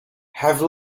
have